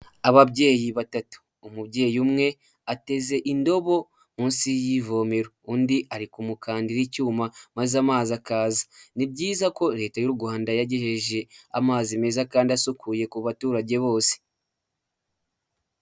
Ababyeyi batatu umubyeyi umwe ateze indobo munsi y'ivomero undi ari kumukandira icyuma maze amazi akaza, ni byiza ko leta y'u Rwanda yagejeje amazi meza kandi asukuye ku baturage bose.